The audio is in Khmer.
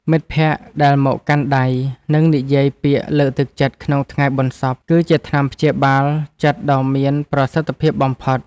មិត្តភក្តិដែលមកកាន់ដៃ និងនិយាយពាក្យលើកទឹកចិត្តក្នុងថ្ងៃបុណ្យសព គឺជាថ្នាំព្យាបាលចិត្តដ៏មានប្រសិទ្ធភាពបំផុត។